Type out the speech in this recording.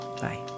Bye